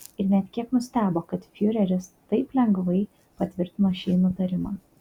ir net kiek nustebo kad fiureris taip lengvai patvirtino šį nutarimą